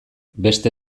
beste